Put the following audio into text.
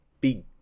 big